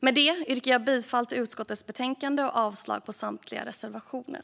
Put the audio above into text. Med det yrkar jag bifall till utskottets förslag i betänkandet och avslag på samtliga reservationer.